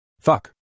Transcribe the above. Fuck